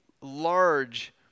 large